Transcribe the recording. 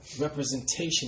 Representation